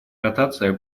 ротация